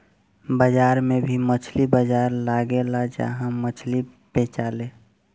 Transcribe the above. बाजार में भी मछली बाजार लगेला जहा मछली बेचाले